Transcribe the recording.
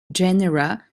genera